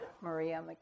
Maria